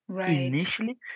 initially